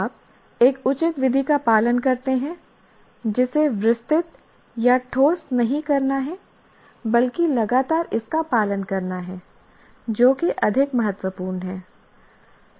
आप एक उचित विधि का पालन करते हैं जिसे विस्तृत या ठोस नहीं करना है बल्कि लगातार इसका पालन करना है जो कि अधिक महत्वपूर्ण है